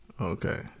Okay